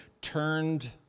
turned